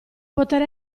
poter